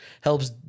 helps